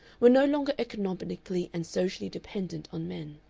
were no longer economically and socially dependent on men.